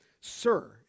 sir